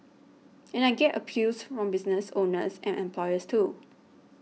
and I get appeals from business owners and employers too